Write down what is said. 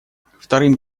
вторым